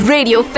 Radio